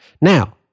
Now